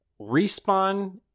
Respawn